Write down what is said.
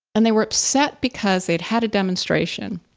and they were upset because they'd had a demonstration,